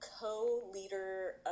co-leader